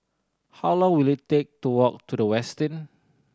how long will it take to walk to The Westin